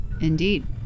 Indeed